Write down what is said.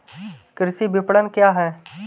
कृषि विपणन क्या है?